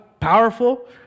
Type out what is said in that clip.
Powerful